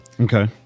Okay